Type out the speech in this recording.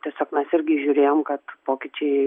tiesiog mes irgi žiūrėjom kad pokyčiai